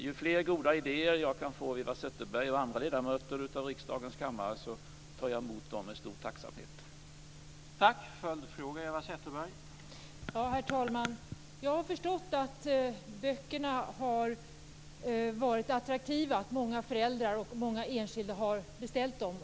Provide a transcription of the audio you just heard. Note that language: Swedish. Ju fler goda idéer jag kan få från Eva Zetterberg och andra ledamöter i kammaren, med desto större tacksamhet tar jag emot dem.